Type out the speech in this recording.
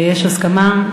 יש הסכמה.